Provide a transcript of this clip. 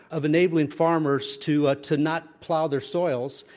of enabling farmers to ah to not plow their soils.